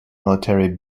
military